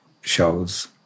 shows